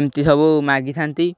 ଏମିତି ସବୁ ମାଗିଥାନ୍ତି